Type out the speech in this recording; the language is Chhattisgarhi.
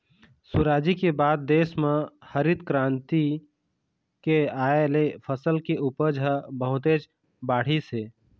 सुराजी के बाद देश म हरित करांति के आए ले फसल के उपज ह बहुतेच बाढ़िस हे